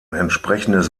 entsprechendes